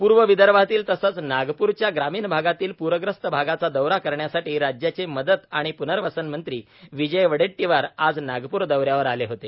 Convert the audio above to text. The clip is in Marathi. पूर्व विदर्भातील तसेच नागपूरच्या ग्रामीण भागातील पुरग्रस्त भागांचा दौरा करण्यासाठी राज्याचे मदत आणिपुनर्वसन मंत्री विजय वडेट्टीवार आज नागपूर दौऱ्यावर आले होते